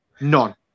None